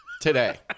today